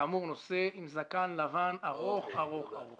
כאמור, נושא עם זקן לבן ארוך, ארוך, ארוך.